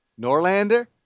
Norlander